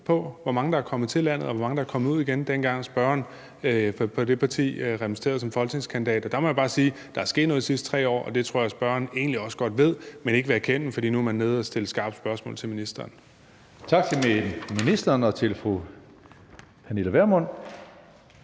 på, hvor mange der er kommet til landet, og hvor mange der er kommet ud igen, dengang spørgeren repræsenterede det parti som folketingskandidat, og der må jeg bare sige, at der er sket noget de sidste 3 år, og det tror jeg spørgeren egentlig også godt ved, men ikke vil erkende, fordi man nu er nede at stille skarpe spørgsmål til ministeren. Kl. 14:36 Tredje næstformand